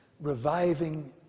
reviving